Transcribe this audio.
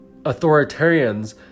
authoritarians